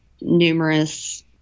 numerous